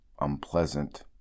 unpleasant